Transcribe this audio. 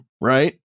Right